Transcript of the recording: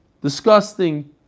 disgusting